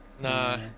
Nah